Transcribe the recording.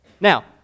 Now